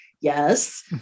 yes